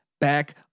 back